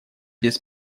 без